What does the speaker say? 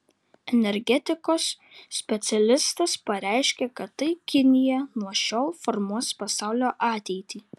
energetikos specialistas pareiškė kad tai kinija nuo šiol formuos pasaulio ateitį